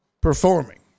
performing